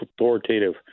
authoritative